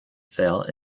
sale